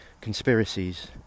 conspiracies